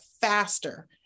faster